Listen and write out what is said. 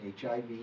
HIV